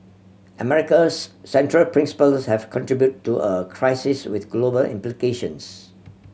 America's central principles have contributed to a crisis with global implications